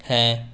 হ্যাঁ